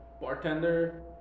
bartender